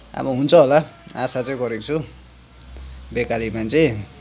अब हुन्छ होला आशा चाहिँ गरेको छु बेकरी मान्छे